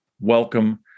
welcome